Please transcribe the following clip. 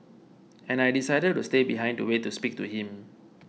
and I decided to stay behind to wait to speak to him